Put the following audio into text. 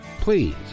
Please